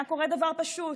היה קורה דבר פשוט,